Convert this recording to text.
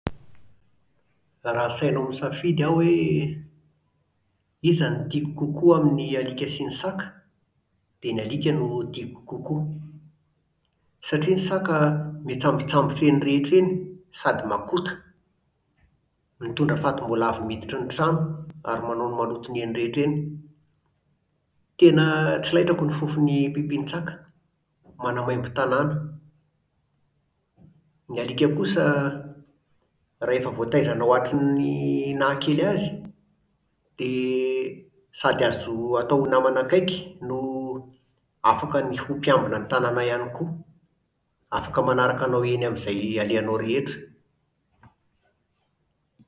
Raha asainao misafidy aho hoe iza no tiako kokoa amin'ny alika sy ny saka? Dia ny alika no tiako kokoa satria ny saka miantsambontsambotra eny rehetra eny sady makota mitondra fatim-boalavo miditry ny trano ary manao ny malotony eny rehetra eny. Tena tsy laitrako ny fofon'ny pipin-tsaka, manamaimbo tanàna. Ny alika kosa rehefa voataizanao hatry ny nahakely azy, dia sady azo atao ho namana akaiky, no afaka ny ho mpiambina tanàna ihany koa. Afaka manaraka anao eny amin'izay alefahanao rehetra